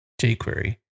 jQuery